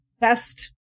best